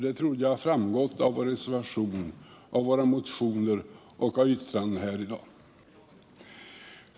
Det trodde jag hade framgått av vår reservation, av våra motioner och av våra yttranden här i dag.